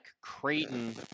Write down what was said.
Creighton